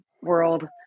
world